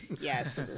Yes